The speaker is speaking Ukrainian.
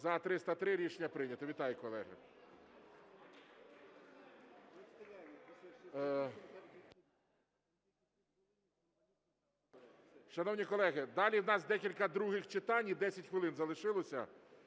За-303 Рішення прийнято. Вітаю, колеги. Шановні колеги, далі у нас декілька других читань і 10 хвилин залишилося.